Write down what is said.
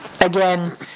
Again